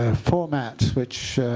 ah formats which